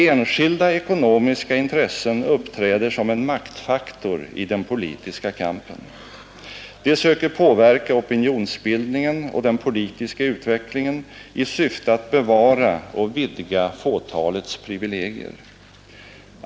Enskilda ekonomiska intressen uppträder som en maktfaktor i den politiska kampen. De söker påverka opinions bildningen och den politiska utvecklingen i syfte att bevara och vidga fåtalets privilegier.